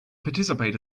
participate